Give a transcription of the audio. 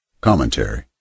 Commentary